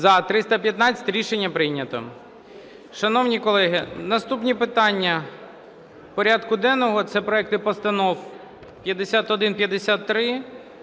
За-315 Рішення прийнято. Шановні колеги, наступні питання порядку денного - це проекти постанов 5153,